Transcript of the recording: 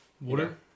Water